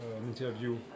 interview